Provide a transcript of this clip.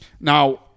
Now